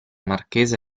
marchesa